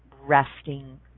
resting